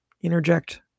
interject